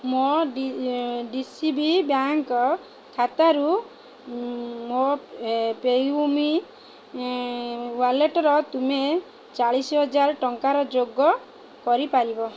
ମୋ D D C B bank ଖାତାରୁ ମୋ ପେୟୁ ମନି ୱାଲେଟରେ ତୁମେ ଚାଳିଶ ହଜାର ଟଙ୍କା ଯୋଗ କରିପାରିବ